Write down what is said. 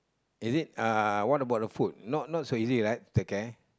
is it uh what about the food not not so easy right to take care